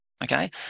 okay